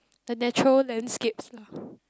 the natural landscapes lah